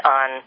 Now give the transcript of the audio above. on